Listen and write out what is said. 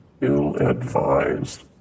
Ill-advised